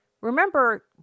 remember